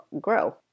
grow